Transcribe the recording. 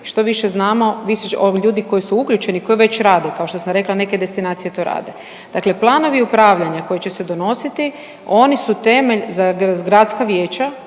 što više znamo, ovi ljudi koji su uključeni, koji već rade, kao što sam rekla neke destinacije to rade, dakle planovi upravljanja koji će se donositi oni su temelj za gradska vijeća